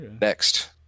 Next